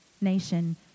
nation